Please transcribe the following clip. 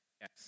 yes